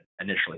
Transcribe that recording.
initially